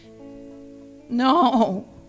No